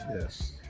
yes